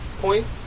point